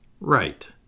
Right